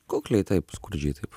kukliai taip skurdžiai taip